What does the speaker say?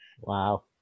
Wow